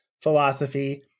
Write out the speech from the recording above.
philosophy